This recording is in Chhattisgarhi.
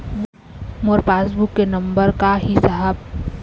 मोर पास बुक के नंबर का ही साहब?